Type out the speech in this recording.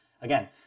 again